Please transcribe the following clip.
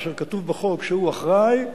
כאשר כתוב בחוק שהוא אחראי,